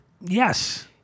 Yes